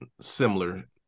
similar